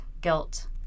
guilt